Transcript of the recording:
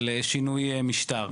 על שינוי משטר.